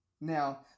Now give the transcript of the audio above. Now